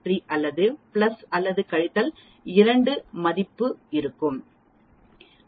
683 அல்லது பிளஸ் அல்லது கழித்தல் 2 மதிப்பு இருக்கும் 95